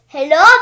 Hello